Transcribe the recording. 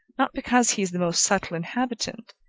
not because he is the most subtile inhabitant,